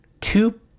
two